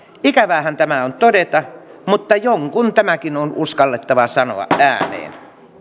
ikäväähän tämä on todeta mutta jonkun tämäkin on uskallettava sanoa ääneen